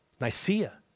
Nicaea